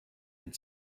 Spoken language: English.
had